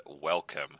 welcome